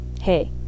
hey